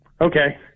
Okay